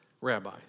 rabbi